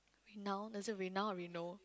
now is it renown or reno~ chefs